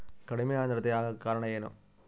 ಕಡಿಮೆ ಆಂದ್ರತೆ ಆಗಕ ಕಾರಣ ಏನು?